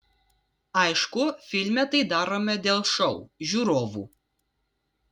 aišku filme tai darome dėl šou žiūrovų